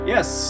Yes